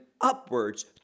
upwards